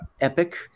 epic